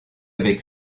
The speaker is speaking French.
avec